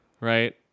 Right